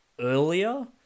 earlier